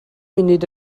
munud